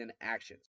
actions